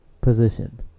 position